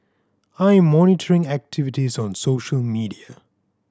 I'm monitoring activities on social media